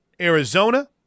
Arizona